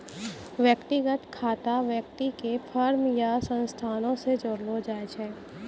व्यक्तिगत खाता व्यक्ति के फर्म या संस्थानो से जोड़लो जाय छै